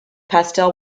pastel